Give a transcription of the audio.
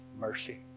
mercy